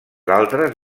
altres